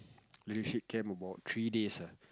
leadership camp about three days ah